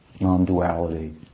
non-duality